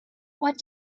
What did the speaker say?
what